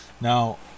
Now